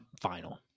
final